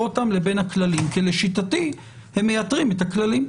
אותן לבין הכללים כי לשיטתי הם מייתרים את הכללים.